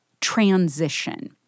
transition